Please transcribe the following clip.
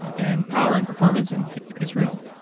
and power, and performance and it's real,